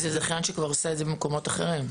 זכיין שעושה את זה כבר במקומות אחרים?